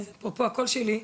אפרופו הקול שלי,